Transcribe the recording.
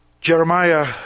Jeremiah